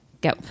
go